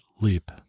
leap